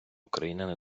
україна